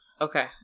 Okay